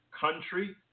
country